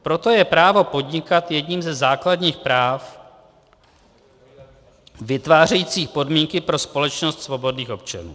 Proto je právo podnikat jedním ze základních práv vytvářejících podmínky pro společnost svobodných občanů.